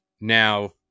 Now